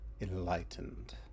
enlightened